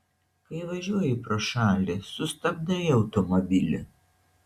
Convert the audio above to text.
kai važiuoji pro šalį sustabdai automobilį